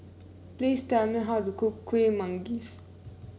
please tell me how to cook Kueh Manggis